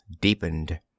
deepened